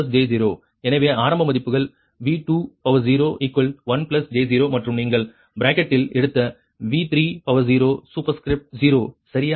எனவே ஆரம்ப மதிப்புகள் V201j0 மற்றும் நீங்கள் பிராக்கெட் இல் எடுத்த V30 சூப்பர்ஸ்கிரிப்ட் 0 சரியா